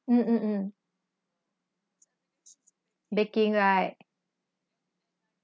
mm mm mm baking right